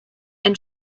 and